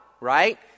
right